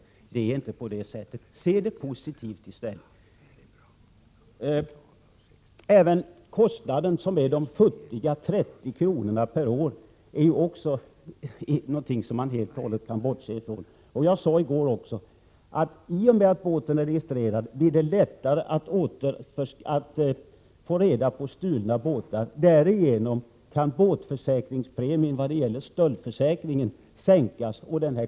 Det förhåller sig inte på det Prot. 1987/88:111 sättet. Se det hela positivt i stället! 29 april 1988 Aven den futtiga kostnaden om 30 kr. per år är någonting som man helt och hållet kan bortse från. Jag upprepar vad jag sade i går: I och med att båtarna registreras blir det lättare att få tag i stulna båtar. Därigenom kan båtförsäkringspremien för stöldförsäkring sänkas.